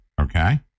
okay